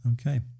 Okay